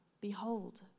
Behold